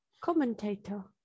commentator